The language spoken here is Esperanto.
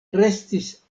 restis